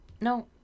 No